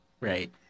Right